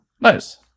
Nice